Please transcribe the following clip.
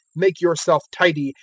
make yourself tidy,